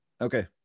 Okay